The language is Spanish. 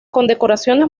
condecoraciones